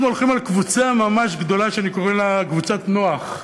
אנחנו הולכים על קבוצה ממש גדולה שאני קורא לה קבוצת נו"ח.